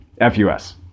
F-U-S